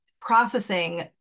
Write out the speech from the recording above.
processing